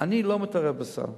אני לא מתערב בסל.